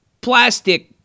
Plastic